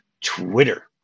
Twitter